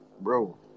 bro